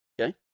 Okay